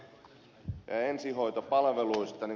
niin kuin täällä ed